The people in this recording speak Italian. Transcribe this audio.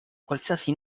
qualsiasi